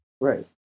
Right